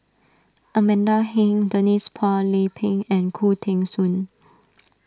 Amanda Heng Denise Phua Lay Peng and Khoo Teng Soon